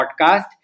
podcast